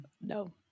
No